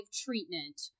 treatment